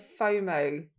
FOMO